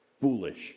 foolish